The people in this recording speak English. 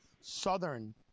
southern